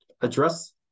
address